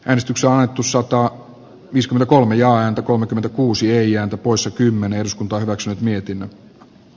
äänestyksen valitussoittoa viisi kolme ja häntä kolmekymmentäkuusi reiän poissa kymmenes poroksi mietin